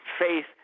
faith